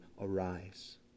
arise